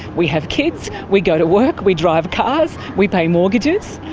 we have kids, we go to work, we drive cars, we pay mortgages.